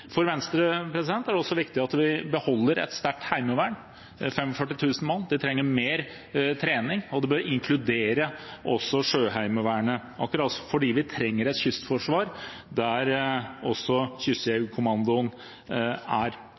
For Venstre er det viktig at vi beholder et sterkt heimevern – 45 000 mann. De trenger mer trening, og det bør også inkludere Sjøheimevernet, fordi vi trenger et kystforsvar der også Kystjegerkommandoen er.